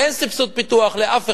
אין סבסוד פיתוח לאף אחד,